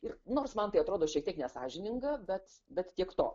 ir nors man tai atrodo šiek tiek nesąžininga bet bet tiek to